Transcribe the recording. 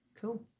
Cool